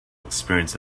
experience